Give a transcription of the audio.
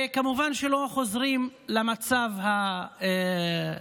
כמובן שלא חוזרים למצב הראשוני.